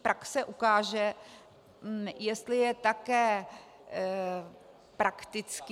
Praxe ukáže, jestli je také praktický.